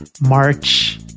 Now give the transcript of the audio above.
March